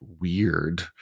weird